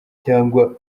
cyangwa